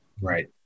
Right